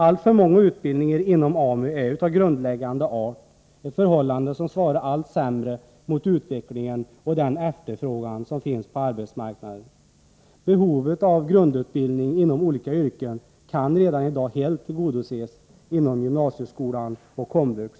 Alltför många utbildningar inom AMU är av grundläggande art — ett förhållande som svarar allt sämre mot utvecklingen och den efterfrågan som finns på arbetsmarknaden. Behovet av grundutbildning inom olika yrken kan redan i dag helt tillgodoses inom gymnasieskolan och komvux.